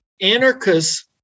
anarchists